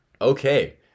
Okay